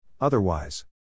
Otherwise